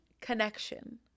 Connection